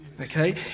Okay